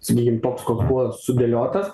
sakykim toks koks buvo sudėliotas